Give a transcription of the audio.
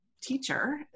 teacher